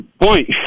point